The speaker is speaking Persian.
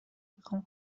میخوام